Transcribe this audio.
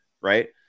right